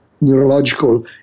neurological